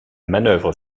manœuvre